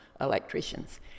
electricians